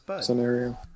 scenario